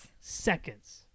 Seconds